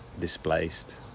displaced